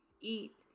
eat